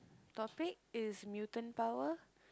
topic is mutant power